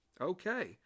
Okay